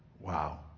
Wow